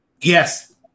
yes